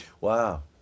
Wow